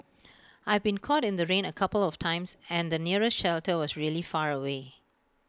I've been caught in the rain A couple of times and the nearest shelter was really far away